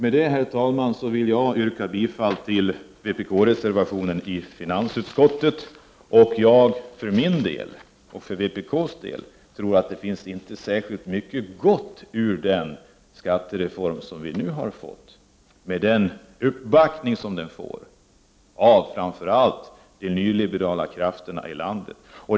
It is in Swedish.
Med det, herr talman, vill jag yrka bifall till vpk-reservationen i finansutskottets betänkande. För min del och för vpk:s del tror jag inte att det kommer särskilt mycket gott ur den skattereform som vi nu får, med den uppbackning som den har fått av framför allt de nyliberala krafterna i landet.